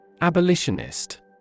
Abolitionist